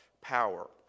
power